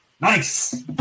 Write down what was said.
Nice